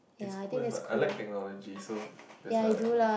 is cool leh but I like technology so this what I like lor